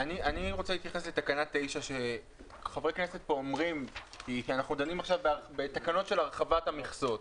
אני רוצה להתייחס לתקנה 9. אנחנו דנים עכשיו בתקנות של הרחבת המכסות,